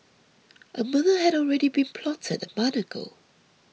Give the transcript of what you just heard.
a murder had already been plotted a month ago